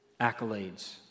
accolades